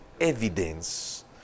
Evidence